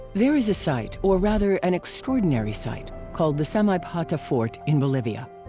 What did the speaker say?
there is a site, or rather an extraordinary site, called the samaipata fort in bolivia.